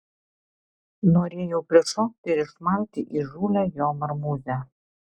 norėjau prišokti ir išmalti įžūlią jo marmūzę